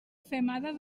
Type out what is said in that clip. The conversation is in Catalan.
femada